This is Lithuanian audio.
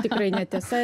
tikrai ne tiesa